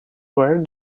where